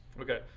okay